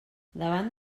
davant